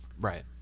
Right